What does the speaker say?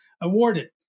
awarded